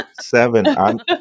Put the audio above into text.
Seven